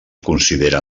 considera